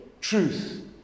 truth